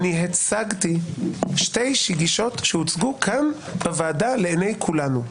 הצגתי שתי גישות שהוצגו כאן בוועדה לעיני כולנו.